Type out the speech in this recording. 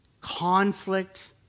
conflict